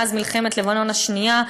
מאז מלחמת לבנון השנייה,